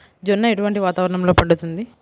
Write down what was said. జొన్న ఎటువంటి వాతావరణంలో పండుతుంది?